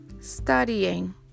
Studying